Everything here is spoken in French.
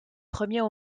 premiers